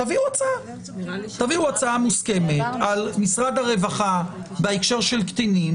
תביאו הצעה מוסכמת על משרד הרווחה בהקשר של קטינים,